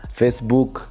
facebook